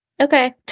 Okay